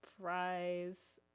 prize